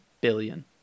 billion